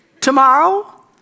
tomorrow